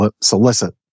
solicit